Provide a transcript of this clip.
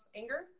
anger